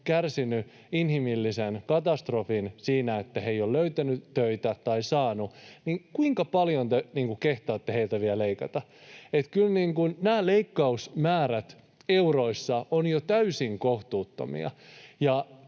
kärsineet inhimillisen katastrofin siinä, että he eivät ole löytäneet töitä tai saaneet — kuinka paljon te kehtaatte heiltä vielä leikata? Kyllä nämä leikkausmäärät euroissa ovat jo täysin kohtuuttomia,